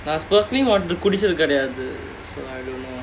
but sparkling water குடிச்சது கெடயாது:kudichathu kedayaathu so I don't know